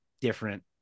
different